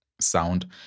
sound